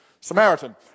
Samaritan